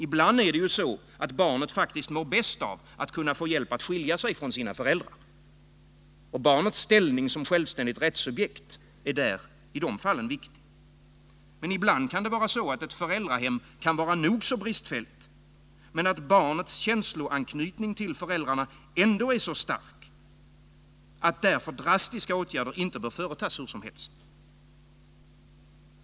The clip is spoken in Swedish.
Ibland är det så att barnet faktiskt mår bäst av att kunna få hjälp att skilja sig från sina föräldrar, och barnets ställning som självständigt rättssubjekt är i de fallen viktig. Men ibland är det så att ett föräldrahem kan vara nog så bristfälligt, men barnets känsloanknytning till föräldrarna är ändå så stark att drastiska åtgärder inte bör företas hur som helst.